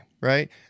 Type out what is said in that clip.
Right